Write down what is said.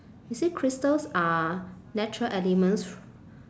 you see crystals are natural elements